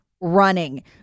running